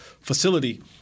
facility